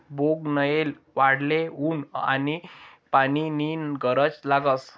बोगनयेल वाढाले ऊन आनी पानी नी गरज लागस